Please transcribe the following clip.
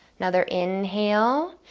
another inhale,